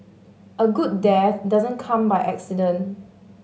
a good death doesn't come by accident